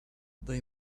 they